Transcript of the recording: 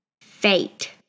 Fate